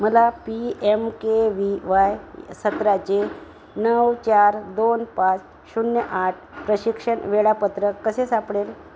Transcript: मला P M K V Y सत्राचे नऊ चार दोन पाच शून्य आठ प्रशिक्षण वेळापत्रक कसे सापडेल